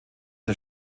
der